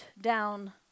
down